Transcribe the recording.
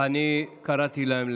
אל תצפי.